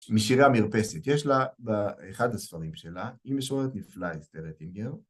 משירי המרפסת. יש לה באחד הספרים שלה... היא משוררת נפלאה, אסתר אטינגר.